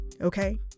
okay